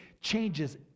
changes